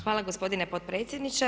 Hvala gospodine potpredsjedniče.